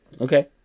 Okay